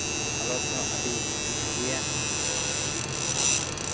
ᱦᱟᱞᱚᱛ ᱦᱚᱸ ᱟᱹᱰᱤ ᱵᱷᱟᱹᱜᱤᱭᱟ